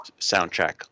soundtrack